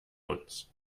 uns